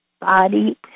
body